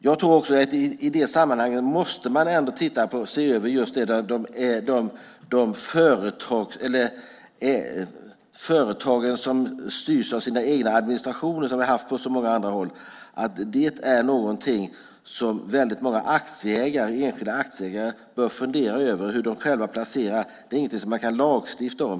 Jag tror ändå att man i det sammanhanget måste se över just de företag som styrs av sina egna administrationer. Där bör enskilda aktieägare själva fundera över hur de placerar. Det är inget man kan lagstifta om.